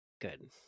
good